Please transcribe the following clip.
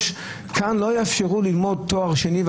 כאן לא יאפשרו ללמוד תואר שני,